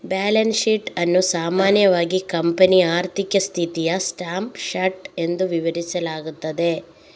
balance sheet ಅನ್ನು ಸಾಮಾನ್ಯವಾಗಿ ಕಂಪನಿಯ ಆರ್ಥಿಕ ಸ್ಥಿತಿಯ ಸ್ನ್ಯಾಪ್ ಶಾಟ್ ಎಂದು ವಿವರಿಸಲಾಗುತ್ತದೆ